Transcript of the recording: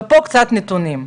להלן כמה נתונים.